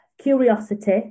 curiosity